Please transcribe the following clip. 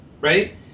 right